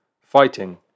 fighting